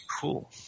cool